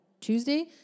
Tuesday